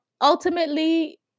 ultimately